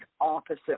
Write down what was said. Opposite